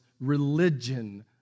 religion